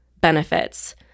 benefits